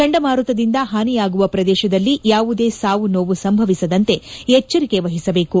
ಚಂಡಮಾರುತದಿಂದ ಪಾನಿಯಾಗುವ ಪ್ರದೇಶದಲ್ಲಿ ಯಾವುದೇ ಸಾವು ನೋವು ಸಂಬಭವಿಸದಂತೆ ಎಚ್ಚರಿಕೆ ವಹಿಸಬೇಕು